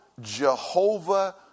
Jehovah